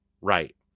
Right